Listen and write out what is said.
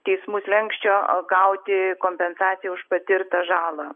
teismų slenksčio gauti kompensaciją už patirtą žalą